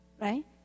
Right